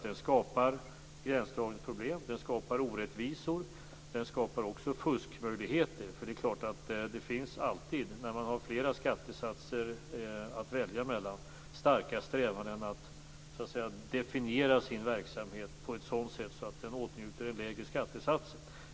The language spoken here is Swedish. Den skapar gränsdragningsproblem, den skapar orättvisor, den skapar möjligheter till fusk. Med flera skattesatser att välja mellan finns det alltid starka strävanden att definiera sin verksamhet på ett sådant sätt att den åtnjuter en lägre skattesats.